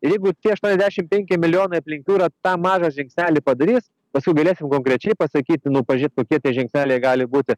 ir jeigu tie aštuoniasdešimt penki milijonai aplink jūrą tą mažą žingsnelį padarys paskui galėsim konkrečiai pasakyti nu pažiūrėt kokie tie žingsneliai gali būti